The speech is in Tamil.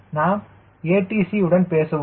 நாம் ATC உடன் பேசுவோம்